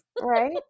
Right